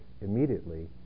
immediately